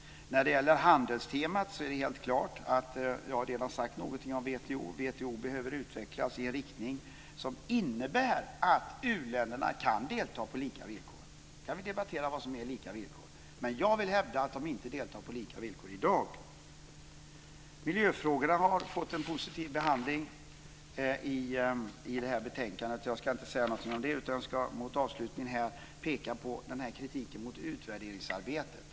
När det gäller handelstemat är det helt klart. Jag har redan sagt någonting om WTO. WTO behöver utvecklas i en riktning som innebär att u-länderna kan delta på lika villkor. Vi kan debattera vad som är lika villkor, men jag vill hävda att de inte deltar på lika villkor i dag. Miljöfrågorna har fått en positiv behandling i det här betänkandet. Jag ska inte säga någonting om det, utan jag ska här mot slutet peka på den här kritiken mot utvärderingsarbetet.